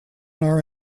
are